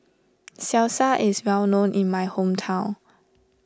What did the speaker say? Salsa is well known in my hometown